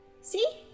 See